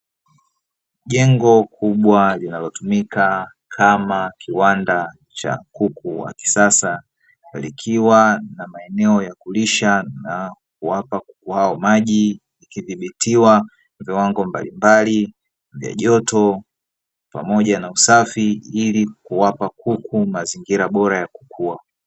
Jengo kubwa linalotumika kama kiwanda cha kuku wa kisasa, likiwa na maeneo ya kulisha na kuwapa kuku hao maji, vikidhibitiwa viwango mbalimbali vya joto, pamoja na usafi ili kuwapa kuku mazingira bora ya kukua.